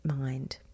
mind